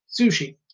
sushi